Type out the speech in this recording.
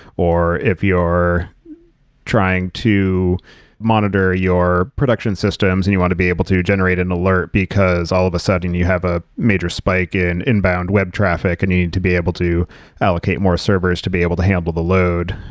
or if you're trying to monitor your production systems and you want to be able to generate an alert because all of a sudden you have a major spike in inbound web traffic and you need to be able to allocate more servers to be able to handle the load.